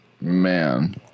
Man